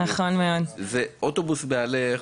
׳אוטובוס מהלך׳,